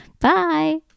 Bye